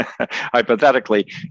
hypothetically